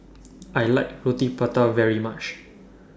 I like Roti Prata very much